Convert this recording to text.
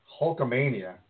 Hulkamania